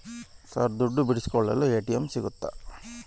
Sir ದುಡ್ಡು ಬಿಡಿಸಿಕೊಳ್ಳಲು ATM ಸಿಗುತ್ತಾ?